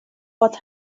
what